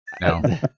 No